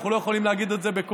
אנחנו לא יכולים להגיד את זה בקול,